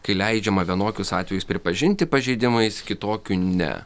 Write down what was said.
kai leidžiama vienokius atvejus pripažinti pažeidimais kitokių ne